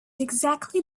exactly